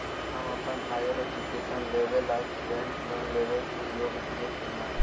हम अप्पन higher education लेबे ला स्टूडेंट लोन लेबे के योग्य हियै की नय?